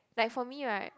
like for me right